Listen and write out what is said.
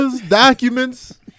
documents